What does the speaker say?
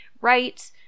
right